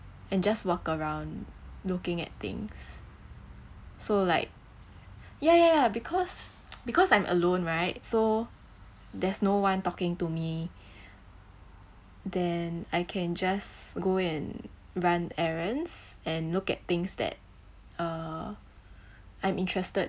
and just walk around looking at things so like ya ya ya because because I'm alone right so there's no one talking to me then I can just go and run errands and look at things that uh I'm interested